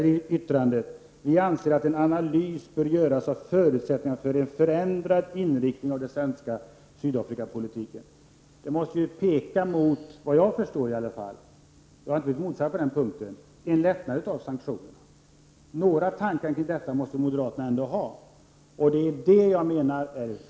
Och vidare: ”Vi anser att en analys bör göras av förutsättningarna för en förändrad inriktning av svensk Sydafrikapolitik.” Det måste, åtminstone enligt vad jag kan förstå — på den punkten har jag inte blivit motsagd — peka mot en lättnad av sanktionerna. Några tankar kring detta måste moderaterna ändå ha! Det menar jag är att ge fel signaler.